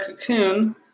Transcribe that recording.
cocoon